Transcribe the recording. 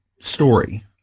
story